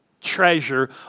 treasure